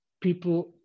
people